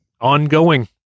ongoing